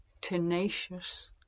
Tenacious